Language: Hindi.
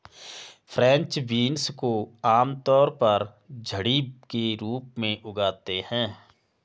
फ्रेंच बीन्स को आमतौर पर झड़ी के रूप में उगाते है